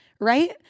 right